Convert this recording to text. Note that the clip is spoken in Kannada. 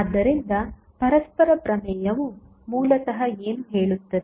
ಆದ್ದರಿಂದ ಪರಸ್ಪರ ಪ್ರಮೇಯವು ಮೂಲತಃ ಏನು ಹೇಳುತ್ತದೆ